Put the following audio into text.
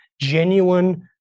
genuine